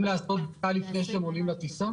אין חובה לעשות בדיקה לפני שהם עולים לטיסה?